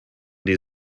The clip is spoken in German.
die